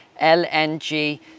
LNG